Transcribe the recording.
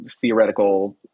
theoretical